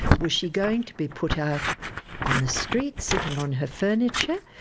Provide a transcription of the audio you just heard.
was she going to be put out on the street, sitting on her furniture?